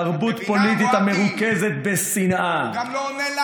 תרבות פוליטית המרוכזת בשנאה.